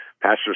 pastors